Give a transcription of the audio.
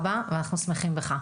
אפשר להוריד את המסכות כשמדברים?